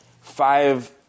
five